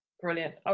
Brilliant